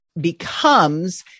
becomes